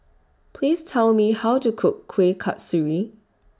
Please Tell Me How to Cook Kueh Kasturi